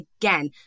again